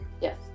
Yes